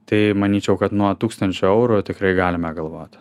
tai manyčiau kad nuo tūkstančio eurų tikrai galime galvoti